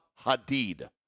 Hadid